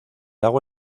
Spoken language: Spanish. agua